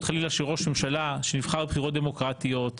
חלילה של ראש ממשלה שנבחר בבחירות דמוקרטיות,